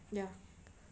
ya